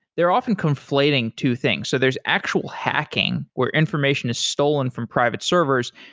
they're often conflating two things. so there's actual hacking where information is stolen from private servers,